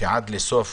שעד סוף